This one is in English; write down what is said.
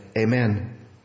amen